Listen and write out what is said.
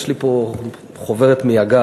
יש לי פה חוברת מייגעת,